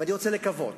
ואני רוצה לקוות